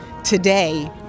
today